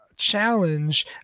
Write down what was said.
challenge